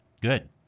Good